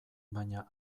baina